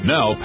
Now